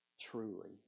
Truly